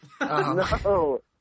No